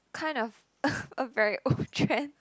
kind of a a very old trend